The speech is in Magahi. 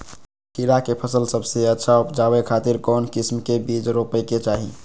खीरा के फसल सबसे अच्छा उबजावे खातिर कौन किस्म के बीज रोपे के चाही?